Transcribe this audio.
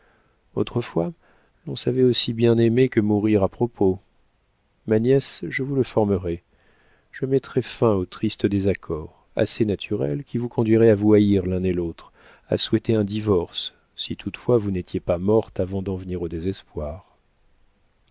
autrefois on savait aussi bien aimer que mourir à propos ma nièce je vous le formerai je mettrai fin au triste désaccord assez naturel qui vous conduirait à vous haïr l'un et l'autre à souhaiter un divorce si toutefois vous n'étiez pas morte avant d'en venir au désespoir